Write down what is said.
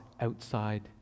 outside